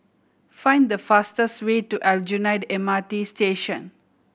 find the fastest way to Aljunied M R T Station